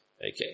Okay